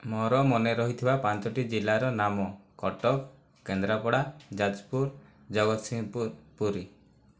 ମୋର ମନେ ରହିଥିବା ପାଞ୍ଚଟି ଜିଲ୍ଲା ର ନାମ କଟକ କେନ୍ଦ୍ରାପଡ଼ା ଯାଜପୁର ଜଗତସିଂହପୁର ପୁରୀ